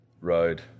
road